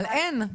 אבל אין.